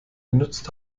genutzt